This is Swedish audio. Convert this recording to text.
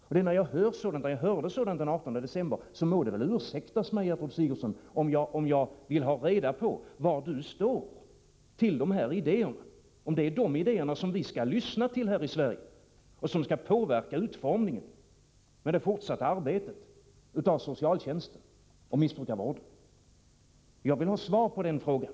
När jag hörde detta den 18 december må det väl ursäktas mig att jag vill ha reda på var Gertrud Sigurdsen står när det gäller dessa idéer. Är det dessa idéer som vi skall lyssna till här i Sverige och som skall påverka utformningen av det fortsatta arbetet med socialtjänsten och missbrukarvården? Jag vill ha svar på den frågan.